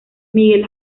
miguel